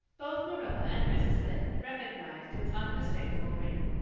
both marilla and mrs. lynde recognized its unmistakable ring.